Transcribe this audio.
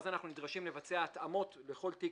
ואז אנחנו נדרשים לבצע התאמות בכל תיק